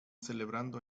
celebrando